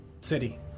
city